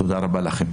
תודה רבה לכם.